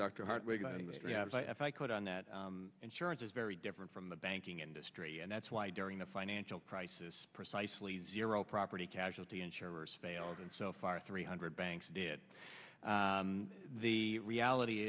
doctor heart rate if i could on that insurance is very different from the banking industry and that's why during the financial crisis precisely zero property casualty insurers failed and so far three hundred banks did the reality